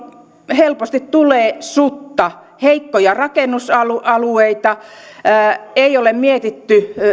helposti tulee sutta heikkoja rakennusalueita ei ole mietitty